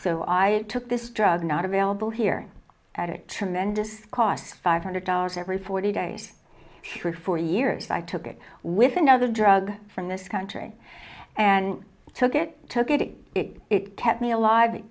so i took this drug not available here at a tremendous cost five hundred dollars every forty days for four years i took it with another drug from this country and took it took it it kept me alive it